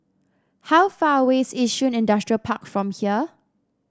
how far away is Yishun Industrial Park from here